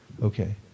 Okay